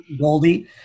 goldie